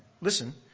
listen